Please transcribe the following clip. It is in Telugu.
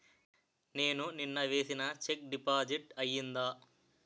నేను నిన్న వేసిన చెక్ డిపాజిట్ అయిందా?